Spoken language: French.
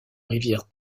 rivière